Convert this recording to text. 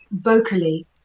vocally